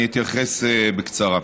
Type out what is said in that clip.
אני אתייחס בקצרה.